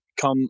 come